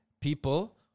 People